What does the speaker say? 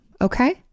okay